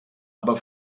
aber